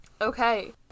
okay